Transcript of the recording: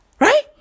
Right